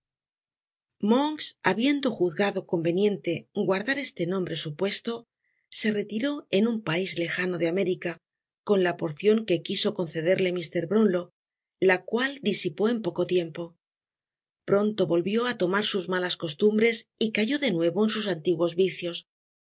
habiendo juzgado conveniente guardar este nombre supuesto se retiró en un pais lejano de america con la porcion que quiso concederle mr brownlow la cual disipó en poco tiempo pronto volvió á tomar sus malas costumbres y cayó de nuevo en sus antiguos vicios